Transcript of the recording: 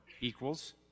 equals